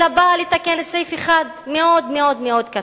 אלא היא באה לתקן סעיף אחד, מאוד מאוד קטן